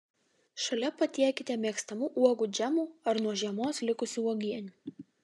šalia patiekite mėgstamų uogų džemų ar nuo žiemos likusių uogienių